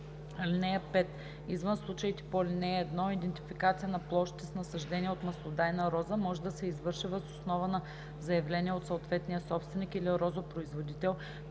роза. (5) Извън случаите по ал. 1 идентификация на площите с насаждения от маслодайна роза може да се извърши въз основа на заявление от съответния собственик или розопроизводител,